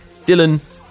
Dylan